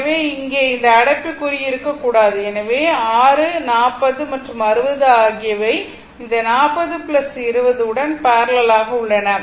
எனவே இங்கே இந்த அடைப்புக்குறி இருக்கக்கூடாது எனவே 6 40 மற்றும் 60 ஆகியவை அந்த 4020 உடன் பேரலல் ஆக உள்ளன